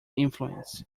influence